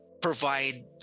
provide